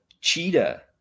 cheetah